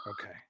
Okay